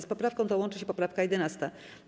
Z poprawką tą łączy się poprawka 11.